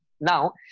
Now